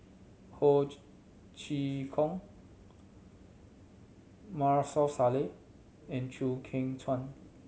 Ho Chee Kong Maarof Salleh and Chew Kheng Chuan